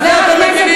על זה אתם מגינים?